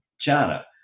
China